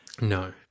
No